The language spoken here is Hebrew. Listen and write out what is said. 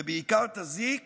ובעיקר, תזיק